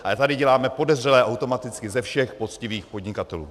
Ale tady děláme podezřelé automaticky ze všech poctivých podnikatelů.